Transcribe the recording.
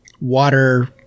Water